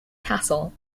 castle